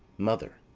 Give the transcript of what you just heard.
mother,